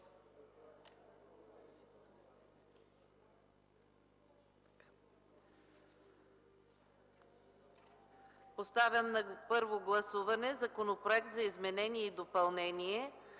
Поставям на първо гласуване Законопроект за изменение и допълнение